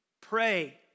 pray